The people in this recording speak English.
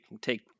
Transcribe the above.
take